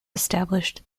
established